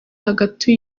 hagati